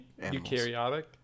Eukaryotic